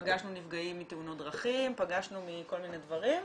פגשנו נפגעי תאונות דרכים, פגשנו מכל מיני דברים.